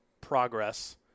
progress